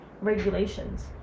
regulations